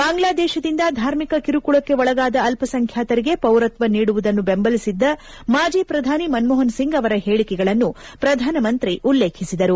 ಬಾಂಗ್ಲಾದೇಶದಿಂದ ಧಾರ್ಮಿಕ ಕಿರುಕುಳಕ್ಕೆ ಒಳಗಾದ ಅಲ್ಪಸಂಖ್ಯಾರಿಗೆ ಪೌರತ್ವ ನೀಡುವುದನ್ನು ಬೆಂಬಲಿಸಿದ್ದ ಮಾಜಿ ಪ್ರಧಾನಿ ಮನಮೋಹನ್ ಸಿಂಗ್ ಅವರ ಹೇಳಿಕೆಗಳನ್ನು ಪ್ರಧಾನಮಂತ್ರಿ ಉಲ್ಲೇಖಿಸಿದರು